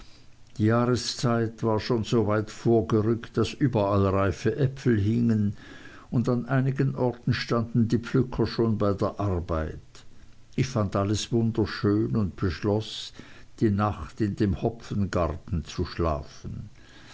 die jahreszeit war schon so weit vorgerückt daß überall reife äpfel hingen und an einigen orten standen die pflücker schon bei der arbeit ich fand alles wunderschön und beschloß die nacht in dem hopfengarten zu schlafen